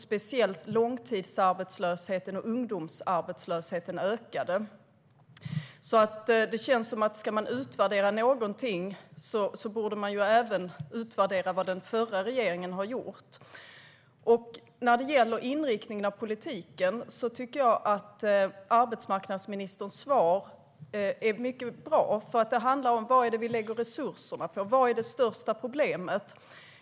Speciellt långtidsarbetslösheten och ungdomsarbetslösheten ökade. Det känns som att ska man utvärdera någonting borde man även utvärdera vad den förra regeringen har gjort. När det gäller inriktningen av politiken tycker jag att arbetsmarknadsministerns svar är mycket bra. Det handlar om: Vad är det vi lägger resurserna på? Vad är det största problemet?